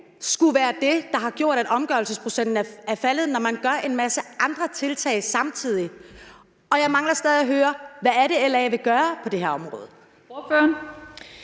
skulle være det, der har gjort, at omgørelsesprocenten er faldet, når man laver en masse andre tiltag samtidig. Og jeg mangler stadig at høre, hvad det er, LA vil gøre på det her område.